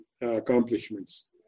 accomplishments